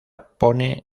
pone